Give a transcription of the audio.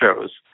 shows